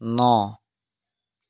ন